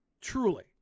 Truly